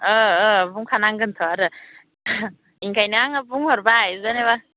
ओ ओ बुंखानांगोनथ' आरो ओंखायनो आङो बुंहरबाय जेनोबा